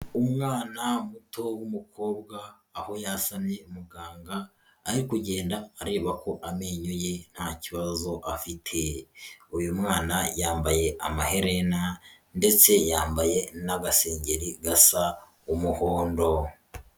Umwana muto w'umukobwa, aho yasamye muganga ari kugenda areba ko amenyo ye ntakibazo afite. Uyu mwana yambaye amaherena ndetse yambaye n'agasengeri gasa umuhondo.